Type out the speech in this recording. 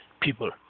people